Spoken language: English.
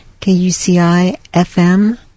KUCI-FM